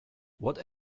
what